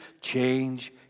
change